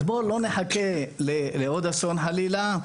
אז בואו לא נחכה לעוד אסון חלילה,